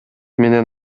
менен